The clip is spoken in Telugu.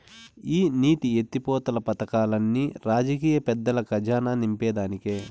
ఈ నీటి ఎత్తిపోతలు పదకాల్లన్ని రాజకీయ పెద్దల కజానా నింపేదానికే